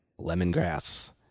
lemongrass